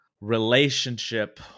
relationship